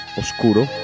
oscuro